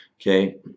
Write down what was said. Okay